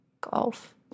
golf